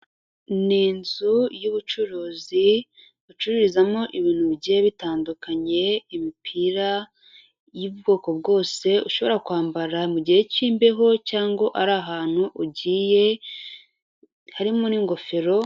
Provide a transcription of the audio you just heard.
Ni inzu y'ubucuruzi, ucururizamo ibintu bigiye bitandukanye, imipira y'ubwoko bwose ushobora kwambara mu mugihe cy'imbeho cyangwa ari ahantu ugiye harimo n'ingofero.